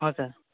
ହଁ ସାର୍